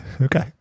Okay